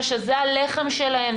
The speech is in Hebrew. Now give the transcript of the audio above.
שזה הלחם שלהם,